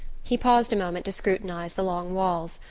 he paused a moment to scrutinize the long walls,